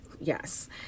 Yes